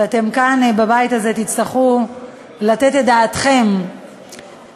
שאתם כאן, בבית הזה, תצטרכו לתת את דעתכם בתמיכה.